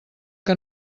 que